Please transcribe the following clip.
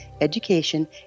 education